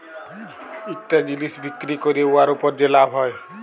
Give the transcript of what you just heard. ইকটা জিলিস বিক্কিরি ক্যইরে উয়ার উপর যে লাভ হ্যয়